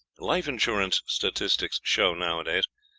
life-insurance statistics show, nowadays,